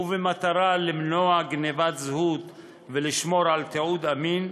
ובמטרה למנוע גנבת זהות ולשמור על תיעוד אמין,